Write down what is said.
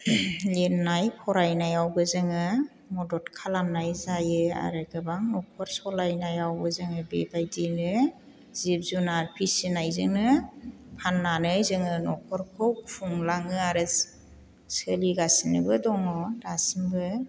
लिरनाय फरायनायावबो जोङो मदद खालामनाय जायो आरो गोबां न'खर सालायनायावबो जोङो बेबायदिनो जिब जुनार फिसिनायजोंनो फाननानै जोङो न'खरखौ खुंलाङो आरो सोलिगासिनोबो दङ दासिमबो